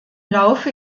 laufe